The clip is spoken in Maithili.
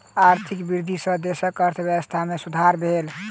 आर्थिक वृद्धि सॅ देशक अर्थव्यवस्था में सुधार भेल